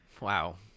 Wow